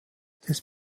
des